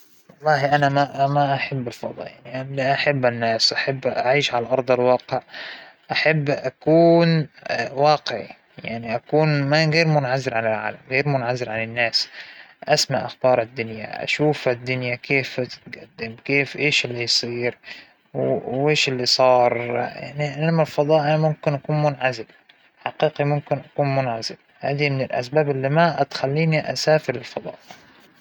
ما بعرف بالتحديد اش المزايا والعيوب، لأنى مانى مشهورة، وما جيت جربتها، لكن أعتقد أن المشاهير دايما مؤثرين باللى حولهم، لأنه أى شى بيساووه خلاص هم رول مود للعالم، ما فيهم يغلطوا، ما فيهم إنه يساووا أى شى، برة حدود الإطار اللى الناس حطوهم فيه، هاذى ميزة وعيب.